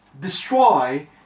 destroy